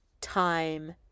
time